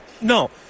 no